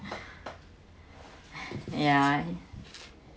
ya